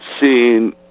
seen